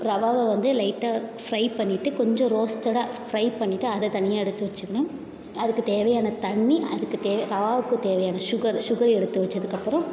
ரவாவை வந்து லைட்டாக ஃப்ரை பண்ணிவிட்டு கொஞ்சம் ரோஸ்டடாக ஃப்ரை பண்ணிவிட்டு அதை தனியாக எடுத்து வச்சிக்கணும் அதுக்கு தேவையான தண்ணி அதுக்கு தேவை ரவாவுக்கு தேவையான ஷுகரு ஷுகரை எடுத்து வெச்சதுக்கப்புறம்